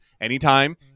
anytime